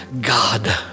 God